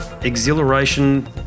exhilaration